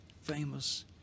famous